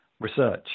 research